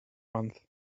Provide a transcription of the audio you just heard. month